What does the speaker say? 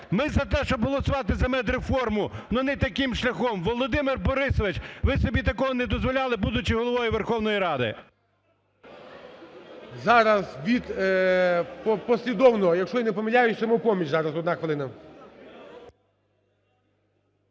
Ми за те, щоб голосувати за медреформу, ну не таким шляхом. Володимир Борисович, ви собі такого не дозволяли, будучи Головою Верховної Ради. ГОЛОВУЮЧИЙ. Зараз послідовно, якщо я не помиляюся, "Самопоміч"